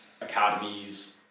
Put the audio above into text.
academies